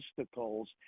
obstacles